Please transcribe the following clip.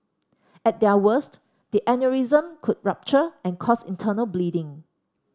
at their worst the aneurysm could rupture and cause internal bleeding